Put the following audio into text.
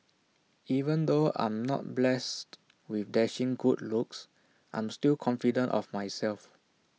even though I'm not blessed with dashing good looks I am still confident of myself